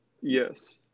Yes